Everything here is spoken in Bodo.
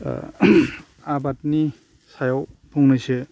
आबादनि सायाव फंनैसो